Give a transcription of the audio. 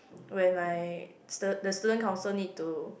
when my stud~ the student council need to